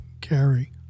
carry